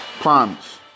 Promise